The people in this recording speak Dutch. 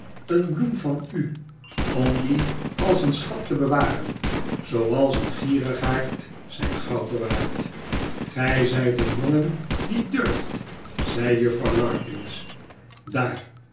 een bloem van u om die als een schat te bewaren zooals een gierigaard zijn goud bewaart gij zijt een jongen die durft zegt juffrouw larkins daar